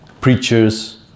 Preachers